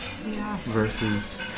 versus